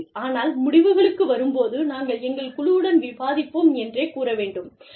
ஆனால் முடிவுகளுக்கு வரும்போது நாங்கள் எங்கள் குழுவுடன் விவாதிப்போம் என்றே கூற வேண்டும்